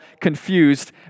confused